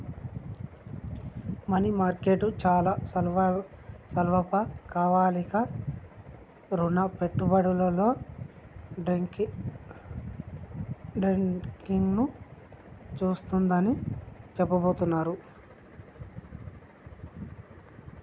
money market చాలా స్వల్పకాలిక రుణ పెట్టుబడులలో ట్రేడింగ్ను సూచిస్తుందని చెబుతున్నరు